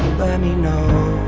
me know